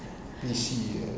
P_C